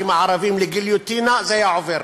הכנסת הערבים לגיליוטינה זה היה עובר.